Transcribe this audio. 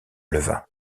leva